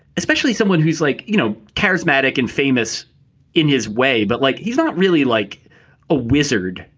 especially someone who's like, you know, charismatic and famous in his way, but like, he's not really like a wizard,